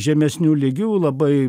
žemesniu lygių labai